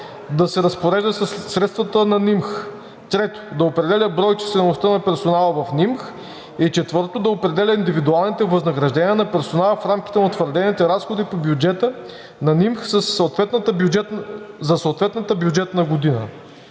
да се разпорежда със средствата на НИМХ; 3. да определя броя и числеността на персонала в НИМХ; 4. да определя индивидуалните възнаграждения на персонала в рамките на утвърдените разходи по бюджета на НИМХ за съответната бюджетна година.“